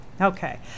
okay